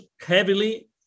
heavily